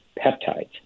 peptides